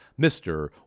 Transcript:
Mr